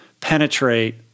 penetrate